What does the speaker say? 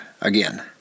again